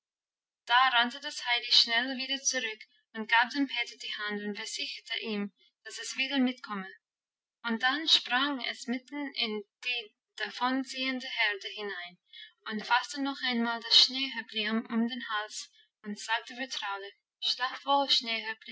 da rannte das heidi schnell wieder zurück und gab dem peter die hand und versicherte ihm dass es wieder mitkomme und dann sprang es mitten in die davonziehende herde hinein und fasste noch einmal das schneehöppli um den hals und sagte vertraulich